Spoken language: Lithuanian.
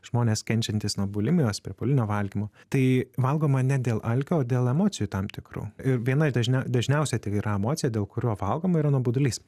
žmonės kenčiantys nuo bulimijos priepuolinio valgymo tai valgoma ne dėl alkio o dėl emocijų tam tikrų ir viena iš dažnia dažniausiai tik yra emocija dėl kurių valgoma yra nuobodulys